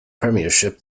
premiership